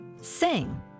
sing